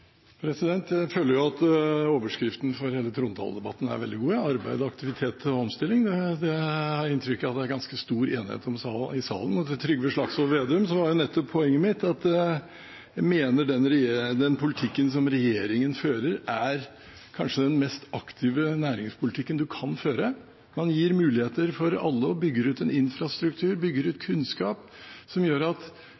veldig god: arbeid, aktivitet og omstilling. Det har jeg inntrykk av at det er ganske stor enighet om i salen. Og til Trygve Slagsvold Vedum: Poenget mitt var nettopp at jeg mener den politikken som regjeringen fører, kanskje er den mest aktive næringspolitikken man kan føre. Man gir muligheter for alle og bygger ut en infrastruktur, bygger ut kunnskap, som gjør at